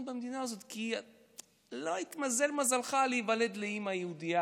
במדינה הזאת כי לא התמזל מזלך להיוולד לאימא יהודייה,